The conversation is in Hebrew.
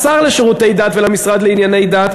לשר לשירותי דת ולמשרד לענייני דת,